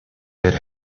дээр